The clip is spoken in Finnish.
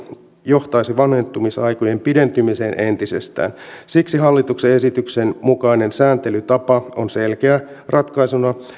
johtaisi vanhentumisaikojen pidentymiseen entisestään siksi hallituksen esityksen mukainen sääntelytapa on selkeä ratkaisuna